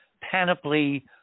panoply